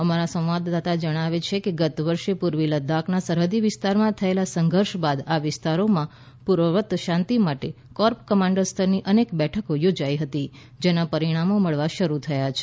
અમારા સંવાદદાતા જણાવે છે કે ગત વર્ષે પૂર્વી લદાખના સરહદી વિસ્તારોમાં થયેલા સંઘર્ષ બાદ આ વિસ્તારોમાં પૂર્વવત શાંતિ માટે કોર્પ કમાન્ડર સ્તરની અનેક બેઠકો યોજાઈ હતી જેના પરિણામો મળવા શરૂ થયા છે